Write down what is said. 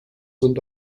sind